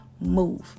move